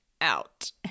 out